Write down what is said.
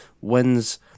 wins